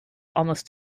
almost